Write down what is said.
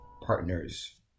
partners